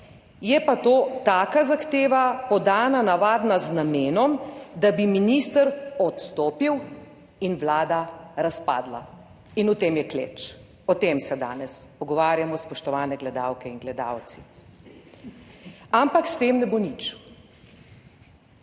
je pa to taka zahteva podana navadna z namenom, da bi minister odstopil in vlada razpadla. In v tem je kleč. O tem se danes pogovarjamo, spoštovane gledalke in gledalci. Ampak s tem ne bo nič.